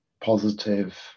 positive